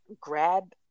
grab